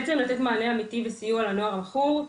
בעצם לתת מענה אמיתי וסיוע לנוער המכור.